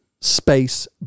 space